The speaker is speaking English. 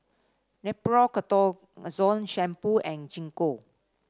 Nepro Ketoconazole Shampoo and Gingko